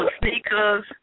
sneakers